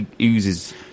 oozes